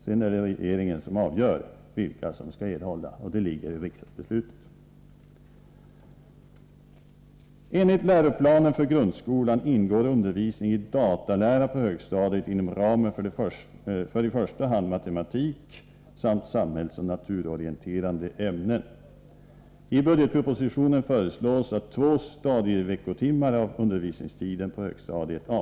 Sedan är det regeringen som avgör vilka som skall erhålla statsbidrag; det ligger i riksdagsbeslutet.